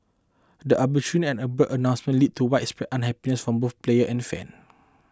the arbitrary and abrupt announcement led to widespread unhappiness from both players and fans